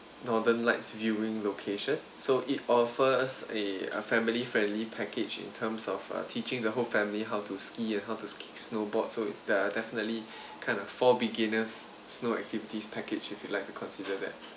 northern lights viewing location so it offers a a family friendly package in terms of uh teaching the whole family how to ski and how to ski snow board so if that are definitely kind of for beginners snow activities package if you'd like to consider that